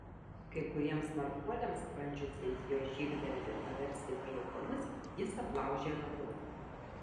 kai kuriems smarkuoliams bandžiusiems jo žygdarbį paversti pajuokomis jis aplaužė ragus